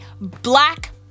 black